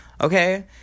Okay